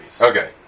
Okay